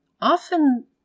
often